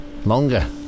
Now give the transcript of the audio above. Longer